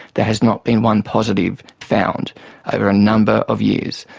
there has not been one positive found over a number of years.